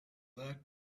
that